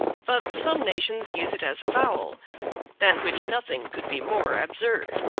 but some nations use it as a vowel than which nothing could be more absurd.